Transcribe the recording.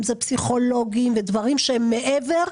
אם זה פסיכולוגים ודברים שהם מעבר.